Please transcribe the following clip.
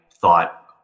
thought